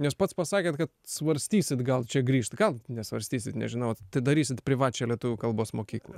nes pats pasakėt kad svarstysit gal čia grįžt gal nesvarstysit nežinau tai darysit privačią lietuvių kalbos mokyklą